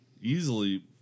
easily